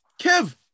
Kev